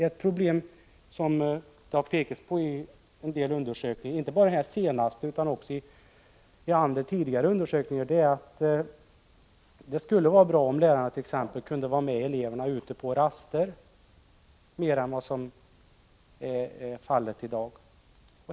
Ett uppslag som man har fört fram i en del undersökningar, inte bara i den senaste utan även i andra tidigare undersökningar, är att det skulle vara bra om lärarna t.ex. kunde vara med eleverna ute på raster mer än vad som är fallet i dag.